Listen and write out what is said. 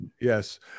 Yes